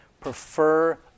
Prefer